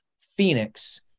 Phoenix